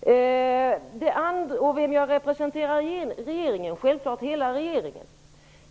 På frågan om vilka regeringspartier som jag representerar vill jag säga att jag självfallet representerar hela regeringen.